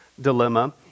dilemma